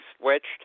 switched